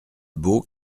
beau